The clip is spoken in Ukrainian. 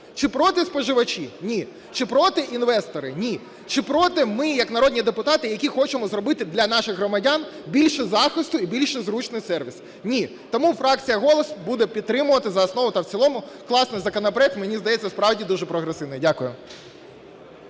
Чи проти споживачі? Ні. Чи проти інвестори? Ні. Чи проти ми як народні депутати, які хочемо зробити для наших громадян більше захисту і більш зручний сервіс? Ні. Тому фракція "Голос" буде підтримувати за основу та в цілому. Класний законопроект, мені здається, справді дуже прогресивний. Дякую.